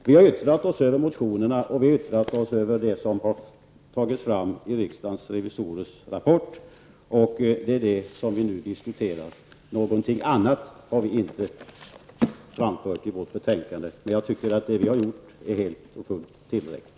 Vi har yttrat oss över motionerna, och vi har yttrat oss över det som har tagits fram i riksdagens revisorers rapport, och det är det vi nu diskuterar. Någonting annat har vi inte framfört i vårt betänkande. Jag tycker emellertid att det vi har gjort är helt och fullt tillräckligt.